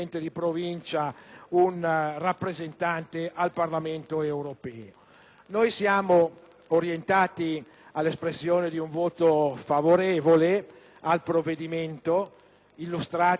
Noi siamo orientati all'espressione di un voto favorevole al provvedimento, che è stato illustrato con i dovuti approfondimenti dal relatore Malan